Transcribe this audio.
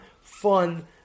fun